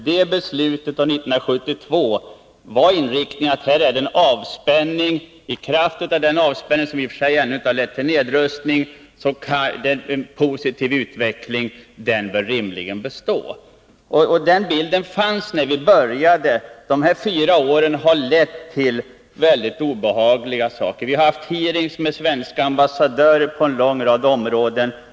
I det beslutet och i 1972 års beslut var inriktningen att den avspänning som rådde, men som i och för sig ännu inte hade lett till en nedrustning, var en positiv utveckling, som rimligen borde kunna bestå. Den bilden fanns med när vi började. Under dessa fyra år har det skett väldigt obehagliga saker. Vi har haft hearings med svenska ambassadörer från en rad centra.